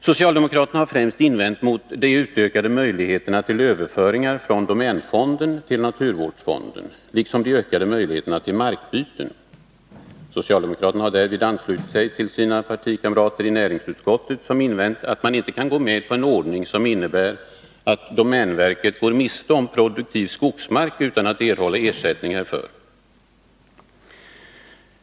Socialdemokraterna har främst invänt mot de ökade möjligheterna till överföringar från domänfonden till naturvårdsfonden liksom de ökade möjligheterna till markbyten. Socialdemokraterna har därvid anslutit sig till sina partikamrater i näringsutskottet, som invänt att man inte kan gå med på en ordning som innebär att domänverket går miste om produktiv skogsmark utan att erhålla ersättning härför.